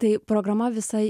tai programa visa ji